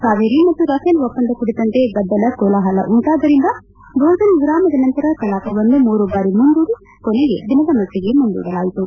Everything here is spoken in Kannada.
ಕಾವೇರಿ ಮತ್ತು ರಫೇಲ್ ಒಪ್ಪಂದ ಕುರಿತಂತೆ ಗದ್ದಲ ಕೋಲಾಹಲ ಉಂಟಾದ್ದರಿಂದ ಭೋಜನ ವಿರಾಮದ ನಂತರ ಕಲಾಪವನ್ನು ಮೂರು ಬಾರಿ ಮುಂದೂಡಿ ಕೊನೆಗೆ ದಿನದ ಮಟ್ಲಗೆ ಮುಂದೂಡಲಾಯಿತು